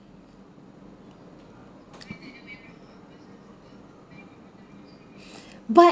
but